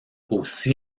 aussi